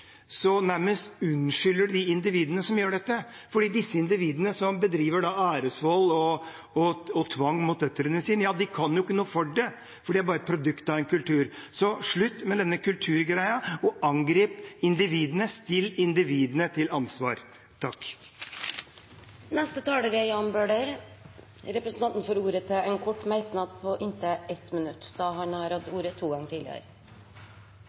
så gjør de noe annet som er veldig rart: Ved å skylde på kultur nærmest unnskylder de de individene som gjør dette – for de individene som bedriver æresvold og tvang mot døtrene sine, kan jo ikke noe for det, for de er bare et produkt av en kultur. Så slutt med denne kultur-greia, angrip individene, og still individene til ansvar. Representanten Jan Bøhler har hatt ordet to ganger tidligere og får ordet til en kort merknad, begrenset til 1 minutt. For å være sikker på